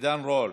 עידן רול,